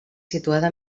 situada